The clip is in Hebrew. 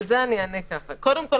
על זה אענה כך: קודם כול,